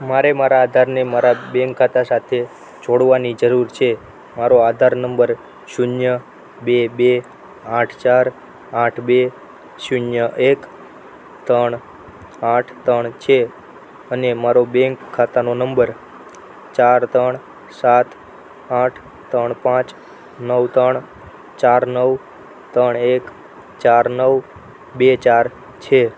મારે મારા આધારને મારા બેન્ક ખાતા સાથે જોડવાની જરૂર છે મારો આધાર નંબર શૂન્ય બે બે આઠ ચાર આઠ બે શૂન્ય એક તણ આઠ તણ છે અને મારો બેન્ક ખાતાનો નંબર ચાર ત્રણ સાત આઠ તણ પાંચ નવ તણ ચાર નવ ત્રણ એક ચાર નવ બે ચાર છે